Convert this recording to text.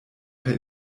per